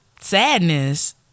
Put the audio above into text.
sadness